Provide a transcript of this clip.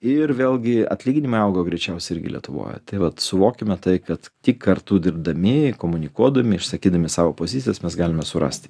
ir vėlgi atlyginimai augo greičiausiai irgi lietuvoj tai vat suvokime tai kad tik kartu dirbdami komunikuodami išsakydami savo pozicijas mes galime surasti